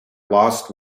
lost